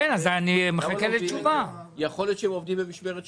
יכול להיות שהם עובדים במשמרת שלישית,